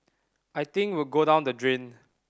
I think we'd go down the drain